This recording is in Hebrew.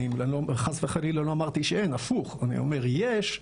חס וחלילה לא אמרתי שאין, הפוך, אני אומר יש.